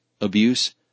abuse